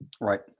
Right